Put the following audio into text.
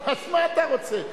אז, מה אתה רוצה?